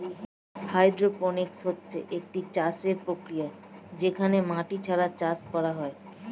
hydroponics হচ্ছে একটি চাষের প্রক্রিয়া যেখানে মাটি ছাড়া চাষ করা হয়